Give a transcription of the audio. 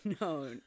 no